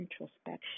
introspection